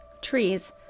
trees